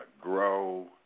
grow